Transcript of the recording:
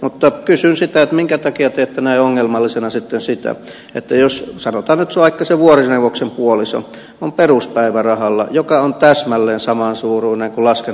mutta kysyn sitä minkä takia te ette näe ongelmallisena sitten sitä että jos sanotaan nyt vaikka se vuorineuvoksen puoliso on peruspäivärahalla joka on täsmälleen samansuuruinen kuin laskennallinen työmarkkinatuki